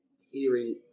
hearing